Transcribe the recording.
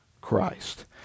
Christ